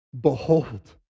Behold